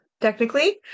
technically